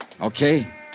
okay